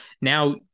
now